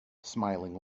smiling